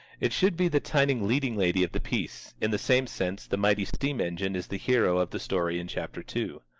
it should be the tiny leading lady of the piece, in the same sense the mighty steam-engine is the hero of the story in chapter two.